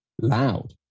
loud